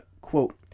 quote